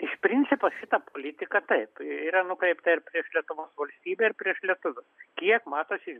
iš principo šita politika taip yra nukreipta ir prieš lietuvos valstybę ir prieš lietuvius kiek matosi iš